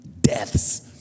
deaths